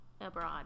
abroad